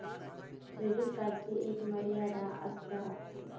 credit कार्डची एक मर्यादा आसता